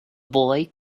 boy